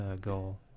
goal